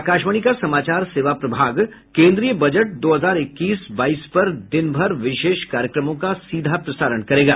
आकाशवाणी का समाचार सेवा प्रभाग केंद्रीय बजट दो हजार इक्कीस बाईस पर दिनभर विशेष कार्यक्रमों का सीधा प्रसारण करेगा